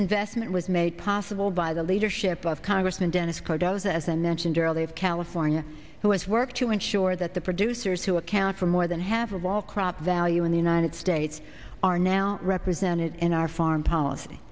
investment was made possible by the leadership of congressman dennis cardoza as and mentioned earlier of california who has worked to ensure that the producers who account for more than half of all crop value in the united states are now represented in our foreign policy